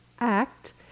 act